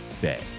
day